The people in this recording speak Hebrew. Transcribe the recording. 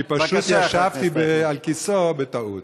כי פשוט ישבתי על כיסאו בטעות.